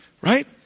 right